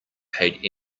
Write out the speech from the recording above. paid